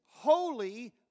holy